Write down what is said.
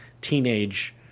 teenage